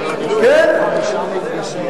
תגיד לנו איפה ראש הממשלה.